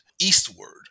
eastward